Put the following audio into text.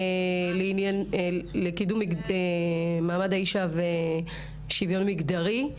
לקידום מעמד האישה ושוויון מגדרי.